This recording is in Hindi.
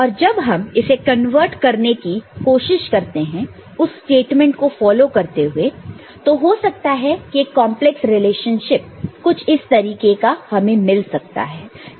और जब हम इसे कन्वर्ट करने की कोशिश करते हैं उस स्टेटमेंट को फॉलो करते हुए तो हो सकता है कि एक कॉन्प्लेक्स रिलेशनशिप कुछ इस तरीके का हमें मिल सकता है